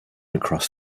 across